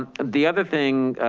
the other thing,